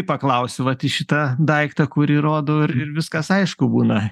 paklausiu vat į šitą daiktą kurį rodau ir ir viskas aišku būna